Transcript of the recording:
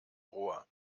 rohr